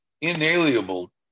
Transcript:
inalienable